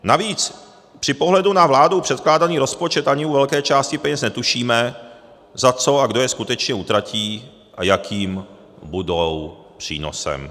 Navíc při pohledu na vládou předkládaný rozpočet ani u velké části peněz netušíme, za co a kdo je skutečně utratí a jakým budou přínosem.